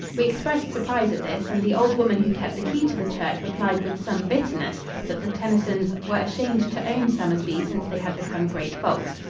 we expressed surprise at this, and the old woman who kept the key to the church replied with some bitterness that the tennysons were ashamed to own somersby since they had become great folks.